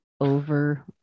Over